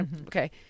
Okay